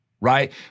right